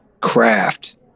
craft